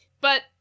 But-